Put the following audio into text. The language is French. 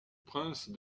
prince